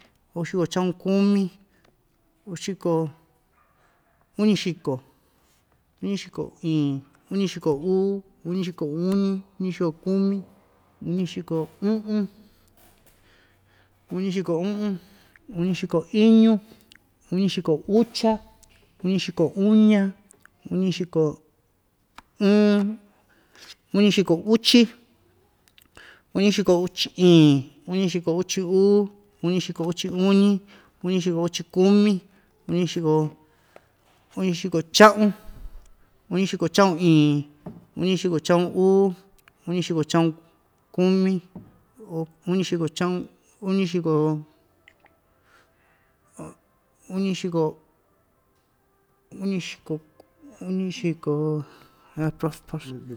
Uxiko cha'un kumi, uxiko, uñixiko, uñixiko iin, uñixiko uu, uñixiko uñi, uñixiko kumi, uñixiko u'un, uñixiko u'un, uñixiko iñu, uñixiko ucha, uñixiko uña, uñixiko ɨɨn, uñixiko uchi, uñixiko uchi iin, uñixiko uchi uu, uñixiko uchi uñi, uñixiko uchi kumi, uñixiko uñixiko cha'un, uñixiko cha'un iin, uñixiko cha'un uu, uñixiko cha'un kumi, uñixiko cha'un, uñixiko uñixiko, uñixiko uñixiko.